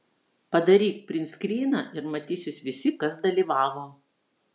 padaryk printskryną ir matysis visi kas dalyvavo